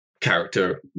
character